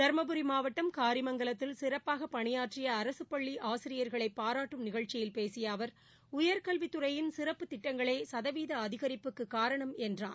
தர்மபுரி மாவட்டம் காரிமங்கலத்தில் சிறப்பாக பணியாற்றிய அரசுப் பள்ளி ஆசிரியர்களை பாராட்டும் நிகழ்ச்சியில் பேசிய அவர் உயர்கல்வித் துறையின் சிறப்பு திட்டங்களே சதவீத அதிகரிப்புக்கு காரணம் என்றார்